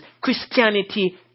Christianity